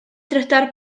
drydar